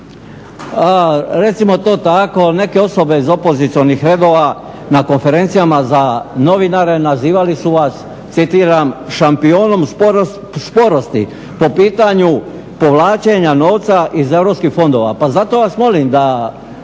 recimo to tako, neke osobe iz opozicionih redova na konferencijama za novinare nazivali su vas, citiram: "šampionom sporosti" po pitanju povlačenja novca iz europskih fondova. Pa zato vas molim da